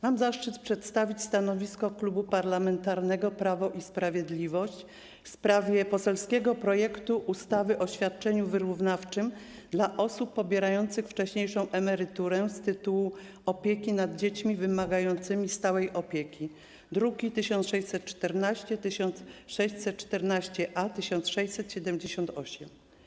Mam zaszczyt przedstawić stanowisko Klubu Parlamentarnego Prawo i Sprawiedliwość w sprawie poselskiego projektu ustawy o świadczeniu wyrównawczym dla osób pobierających wcześniejszą emeryturę z tytułu opieki nad dziećmi wymagającymi stałej opieki, druki nr 1614, 1614-A i 1678.